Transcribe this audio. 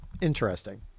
interesting